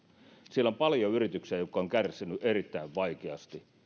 siellä on paljon yrityksiä jotka ovat kärsineet erittäin vaikeasti